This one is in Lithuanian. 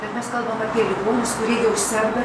bet mes kalbam apie ligonius kurie jau serga